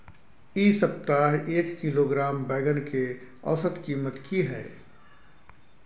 इ सप्ताह एक किलोग्राम बैंगन के औसत कीमत की हय?